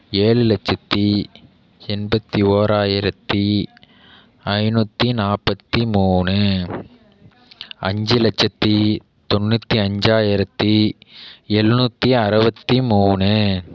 ஏழு லட்சத்து எண்பத்தி ஓராயிரத்து ஐநூற்றி நாற்பத்தி மூணு அஞ்சு லட்சத்து தொண்ணுற்றி அஞ்சாயிரத்து எழுநூற்றி அறுவத்தி மூணு